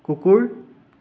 কুকুৰ